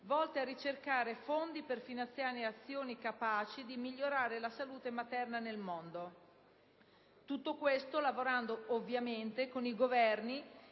volte a ricercare fondi per finanziare azioni capaci di migliorare la salute materna nel mondo, tutto questo lavorando, ovviamente, con i Governi